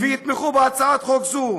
ויתמכו בהצעת חוק זו.